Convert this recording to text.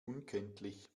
unkenntlich